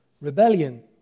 Rebellion